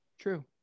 True